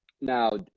now